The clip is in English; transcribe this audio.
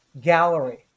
gallery